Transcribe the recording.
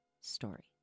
story